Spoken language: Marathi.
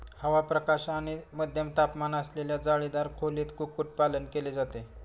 हवा, प्रकाश आणि मध्यम तापमान असलेल्या जाळीदार खोलीत कुक्कुटपालन केले जाते